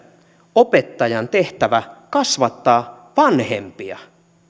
opettajan tehtävä kasvattaa vanhempia